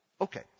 Okay